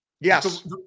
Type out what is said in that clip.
Yes